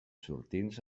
sortints